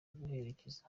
guherekeza